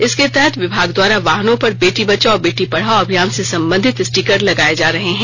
इसके तहत विभाग द्वारा वाहनों पर बेटी बचाओ बेटी पढ़ाओ अभियान से संबंधित स्टिकर लगाए जा रहे हैं